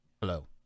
Hello